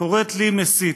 קוראת לי מסית.